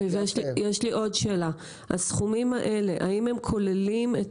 יש לי עוד שאלה, הסכומים האלה, האם הם כוללים את